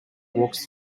walks